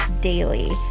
daily